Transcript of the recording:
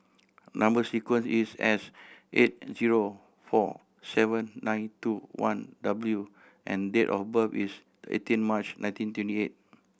number sequence is S eight zero four seven nine two one W and date of birth is eighteen March nineteen twenty eight